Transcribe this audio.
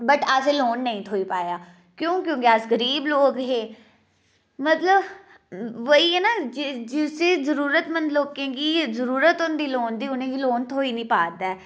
but असें गी loan नेईं थ्होई पाया क्यों क्योंकि अस गरीब लोग हे मतलब ओह् ही ऐ ना के जिसी जरूरतमंद लोकें गी थ्होई जंदे लोन ते उ'नें ई लोन थ्होई निं पा दा ऐ